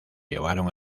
llevaron